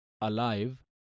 alive